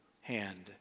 hand